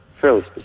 fairly